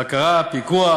בקרה ופיקוח,